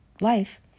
life